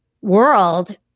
world